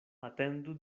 atendu